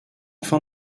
fin